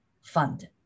fund